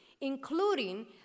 including